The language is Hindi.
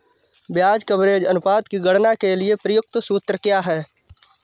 ब्याज कवरेज अनुपात की गणना के लिए प्रयुक्त सूत्र क्या है?